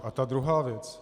A ta druhá věc.